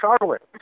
Charlotte